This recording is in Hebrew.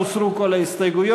הוסרו כל ההסתייגויות.